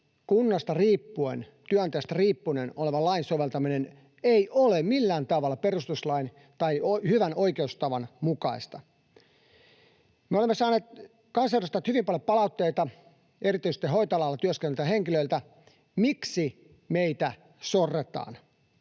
kunnasta riippuvainen, työnantajasta riippuvainen lain soveltaminen ei ole millään tavalla perustuslain tai hyvän oikeustavan mukaista. Me kansanedustajat olemme saaneet hyvin paljon palautteita erityisesti hoitoalalla työskenteleviltä henkilöiltä: Miksi meitä sorretaan?